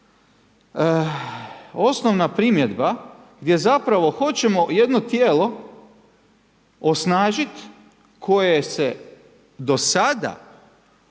osnovna primjedba gdje zapravo hoćemo jedno tijelo osnažiti koje se do sada